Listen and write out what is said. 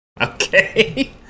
Okay